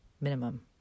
minimum